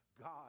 God